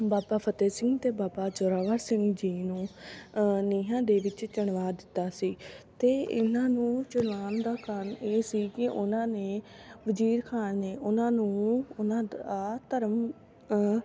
ਬਾਬਾ ਫਤਿਹ ਸਿੰਘ ਅਤੇ ਬਾਬਾ ਜ਼ੋਰਾਵਰ ਸਿੰਘ ਜੀ ਨੂੰ ਨੀਹਾਂ ਦੇ ਵਿੱਚ ਚਿਣਵਾ ਦਿੱਤਾ ਸੀ ਅਤੇ ਇਹਨਾਂ ਨੂੰ ਚਿਣਵਾਉਣ ਦਾ ਕਾਰਨ ਇਹ ਸੀ ਕਿ ਉਹਨਾਂ ਨੇ ਵਜ਼ੀਰ ਖਾਨ ਨੇ ਉਹਨਾਂ ਨੂੰ ਉਹਨਾਂ ਦਾ ਧਰਮ